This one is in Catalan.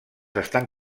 estan